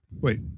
Wait